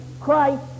Christ